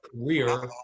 career